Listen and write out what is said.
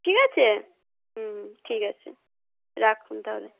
ঠিক আছে হুম ঠিক আছে রাখুন তাহলে